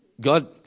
God